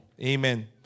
Amen